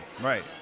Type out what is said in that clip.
right